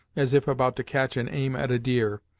as if about to catch an aim at a deer,